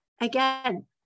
Again